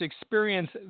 experience